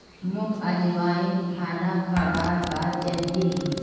मोक अजवाइन खाना खाबार बाद चाहिए ही